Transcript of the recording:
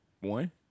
One